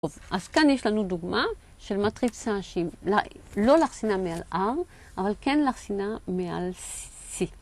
אז כאן יש לנו דוגמה של מטריצה שהיא לא לכסינה מעל R, אבל כן לכסינה מעל C.